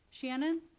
Shannon